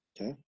Okay